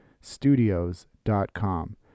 studios.com